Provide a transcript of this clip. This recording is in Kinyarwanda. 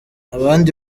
abandi